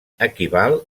equival